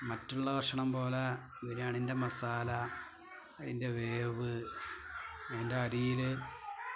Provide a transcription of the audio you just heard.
മറ്റുള്ള ഭക്ഷണം പോലെ ബിരിയാണീൻ്റെ മസാല അതിൻ്റെ വേവ് അതിൻ്റെ അരിയില്